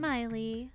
Miley